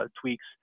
tweaks